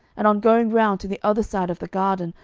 and on going round to the other side of the garden,